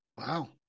Wow